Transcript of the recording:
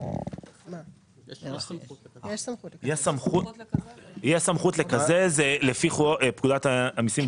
יש סמכות לקזז לפי פקודת המיסים,